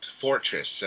fortress